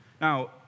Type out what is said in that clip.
Now